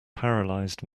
paralysed